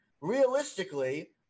realistically